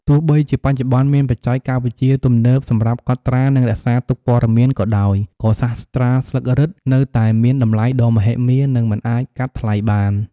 ទោះបីជាបច្ចុប្បន្នមានបច្ចេកវិទ្យាទំនើបសម្រាប់កត់ត្រា និងរក្សាទុកព័ត៌មានក៏ដោយ ក៏សាស្រ្តាស្លឹករឹតនៅតែមានតម្លៃដ៏មហិមា និងមិនអាចកាត់ថ្លៃបាន។